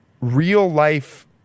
real-life